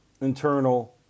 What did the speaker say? internal